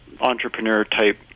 entrepreneur-type